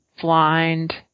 blind